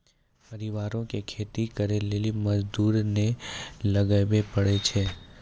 परिवारो के खेती करे लेली मजदूरी नै लगाबै पड़ै छै